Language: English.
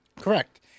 Correct